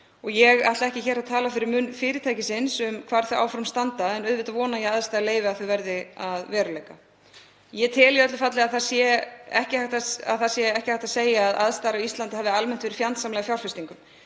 Ég ætla ekki að tala fyrir munn fyrirtækisins um hvar þau áform standa, en auðvitað vona ég að aðstæður leyfi að þau verði að veruleika. Ég tel í öllu falli að ekki sé hægt að segja að aðstæður á Íslandi hafi almennt verið fjandsamlegar fjárfestingum,